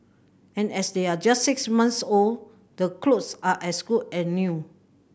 and as they're just six months old the clothes are as good as new